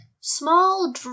small